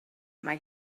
mae